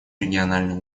региональных